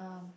um